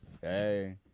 Hey